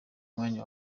mwanya